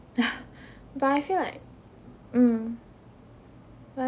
but I feel like mm